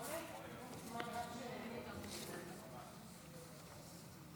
התשפ"ג 2023,